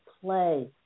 play